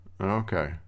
Okay